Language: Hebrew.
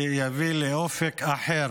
שיביא לאופק אחר